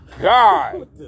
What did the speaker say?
god